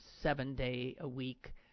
seven-day-a-week